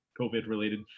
COVID-related